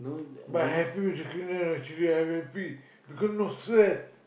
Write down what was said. but I happy with the cleaner lah should be I happy because no swear